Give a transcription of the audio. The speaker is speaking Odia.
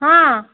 ହଁ